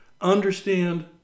understand